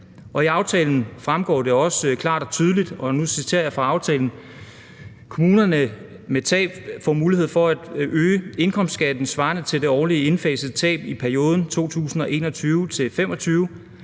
I aftalen fremgår det også klart og tydeligt, at: »Kommuner med tab får mulighed for at øge indkomstskatten svarende til det årligt indfasede tab i perioden 2021-2025.